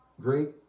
great